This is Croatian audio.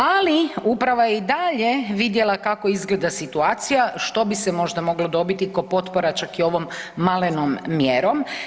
Ali uprava je i dalje vidjela kako izgleda situacija što bi se možda moglo dobiti kao potpora čak i ovom malenom mjerom.